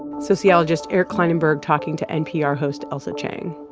sociologist eric klinenberg talking to npr host ailsa chang